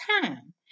time